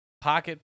pocket